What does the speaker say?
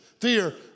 fear